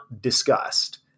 discussed